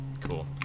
Cool